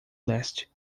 leste